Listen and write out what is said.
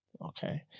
Okay